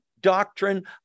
doctrine